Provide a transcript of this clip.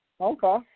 Okay